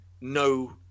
no